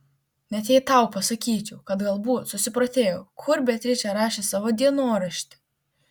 net jei tau pasakyčiau kad galbūt susiprotėjau kur beatričė rašė savo dienoraštį